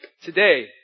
Today